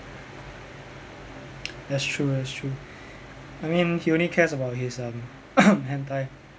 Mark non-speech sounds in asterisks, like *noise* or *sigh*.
that's true that's true I mean he only cares about his um *coughs* hentai